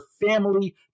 family